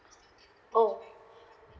oh